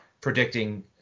predicting